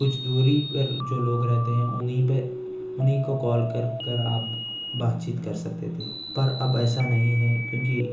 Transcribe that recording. کچھ دوری پر جو لوگ رہتے ہیں انہیں پہ انہیں کو کال کر کر آپ بات چیت کر سکتے تھے پر اب ایسا نہیں ہے کیوں کہ